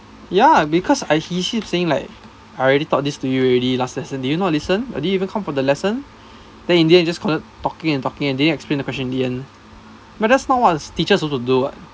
ya because I he keep saying like I already taught this to you already last lesson did you not listen did you even come for the lesson then in the end just continued talking and talking and didn't explain the question in the end but that's not what's teachers supposed to do what